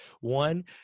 one